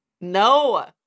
No